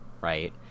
right